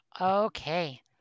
okay